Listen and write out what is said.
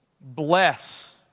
bless